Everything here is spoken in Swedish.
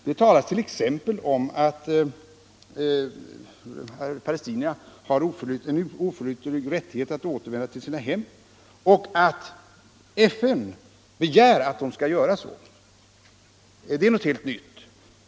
Det talas t.ex. om att palestinierna har en oförytterlig rättighet att återvända till sina hem och att FN begär att de skall göra så. Det är någonting helt nytt.